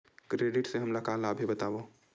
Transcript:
Credit से हमला का लाभ हे बतावव?